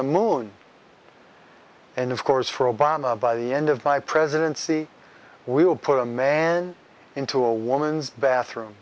the moon and of course for obama by the end of my presidency we will put a man into a woman's bathroom